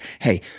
hey